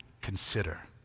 consider